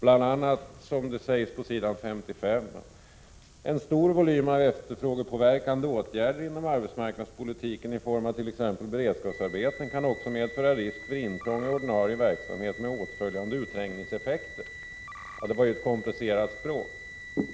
Bl.a. heter det på s. 55: En stor volym av efterfrågepåverkande åtgärder inom arbetsmarknadspolitiken i form avt.ex. beredskapsarbeten kan också medföra risk för intrång i ordinarie verksamhet med åtföljande utträngningseffekter. Ja, det var ju ett komplicerat språk.